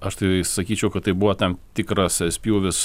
aš tai sakyčiau kad tai buvo tam tikras spjūvis